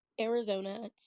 Arizona